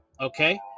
Okay